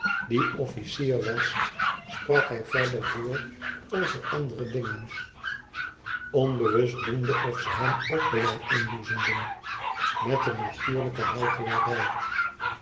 die omcier was sprak hij verder door over andere dingen onbewust doende of ze hem ook belang inboezemden met een natuurlijke huichelarij